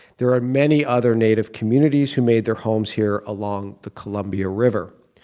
there are many other native communities who made their homes here along the columbia river.